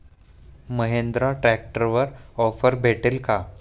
महिंद्रा ट्रॅक्टरवर ऑफर भेटेल का?